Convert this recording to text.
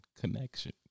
Connection